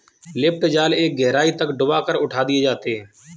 lift जाल एक गहराई तक डूबा कर उठा दिए जाते हैं